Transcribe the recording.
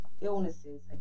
illnesses